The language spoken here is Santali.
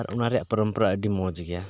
ᱟᱨ ᱚᱱᱟ ᱨᱮᱭᱟᱜ ᱯᱚᱨᱚᱢ ᱯᱚᱨᱟ ᱟᱹᱰᱤ ᱢᱚᱡᱽ ᱜᱮᱭᱟ